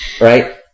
Right